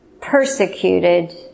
persecuted